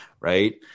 right